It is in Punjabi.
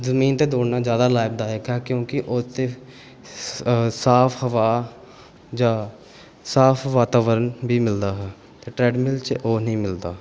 ਜਮੀਨ 'ਤੇ ਦੌੜਨਾ ਜ਼ਿਆਦਾ ਲਾਭਦਾਇਕ ਆ ਕਿਉਂਕਿ ਉੱਥੇ ਸ ਸਾਫ਼ ਹਵਾ ਜਾਂ ਸਾਫ਼ ਵਾਤਾਵਰਨ ਵੀ ਮਿਲਦਾ ਹੈ ਅਤੇ ਟ੍ਰੈਡਮਿਲ 'ਚ ਉਹ ਨਹੀਂ ਮਿਲਦਾ